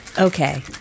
Okay